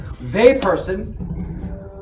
They-Person